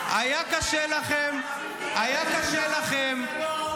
אתם הזזתם --- היה קשה לכם --- אבל החוק הזה לא היה אמור לעלות.